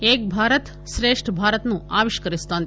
ఏక్ భారత్ శ్రేష్ణ్ భారత్ ను ఆవిష్కరిస్తోంది